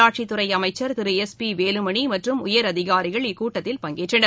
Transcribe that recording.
உள்ளாட்சித் துறை அமைச்சர் திரு வேலுமணி மற்றும் உயர் அதிகாரிகள் இக்கூட்டத்தில் பங்கேற்றனர்